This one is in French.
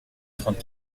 trente